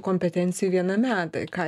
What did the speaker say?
kompetencijų viename tai ką